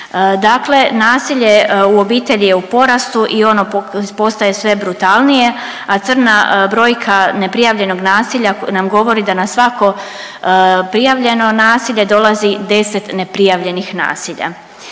Dakle, nasilje u obitelji je u porastu i ono postaje sve brutalnije, a crna brojka neprijavljenog nasilja nam govori da na svako prijavljeno nasilje dolazi 10 neprijavljenih nasilja.